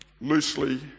Loosely